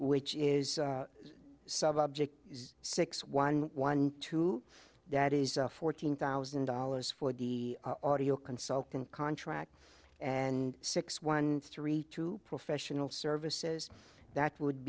which is subject is six one one two that is fourteen thousand dollars for the audio consultant contract and six one three two professional services that would